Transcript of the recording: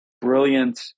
brilliant